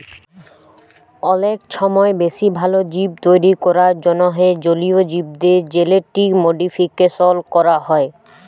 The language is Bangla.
অলেক ছময় বেশি ভাল জীব তৈরি ক্যরার জ্যনহে জলীয় জীবদের জেলেটিক মডিফিকেশল ক্যরা হ্যয়